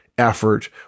effort